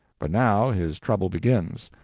but now his trouble begins,